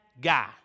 guy